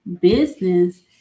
business